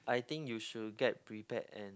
I think you should get prepare and